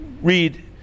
Read